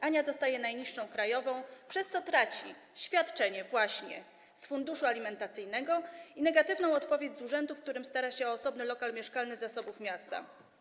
Ania dostaje najniższą krajową, przez co traci świadczenie z funduszu alimentacyjnego i dostaje negatywną odpowiedź z urzędu, w którym stara się o osobny lokal mieszkalny z zasobów miasta.